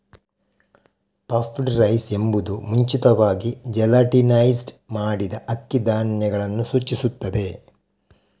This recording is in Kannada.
ಪಫ್ಡ್ ರೈಸ್ ಎಂಬುದು ಮುಂಚಿತವಾಗಿ ಜೆಲಾಟಿನೈಸ್ಡ್ ಮಾಡಿದ ಅಕ್ಕಿ ಧಾನ್ಯಗಳನ್ನು ಸೂಚಿಸುತ್ತದೆ